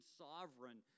sovereign